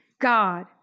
God